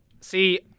See